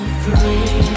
free